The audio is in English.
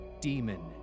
demon